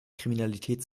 kriminalität